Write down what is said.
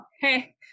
Hey